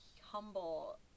humble